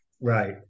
Right